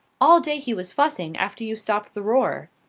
all day he was fussing after you stopped the roar.